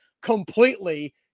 completely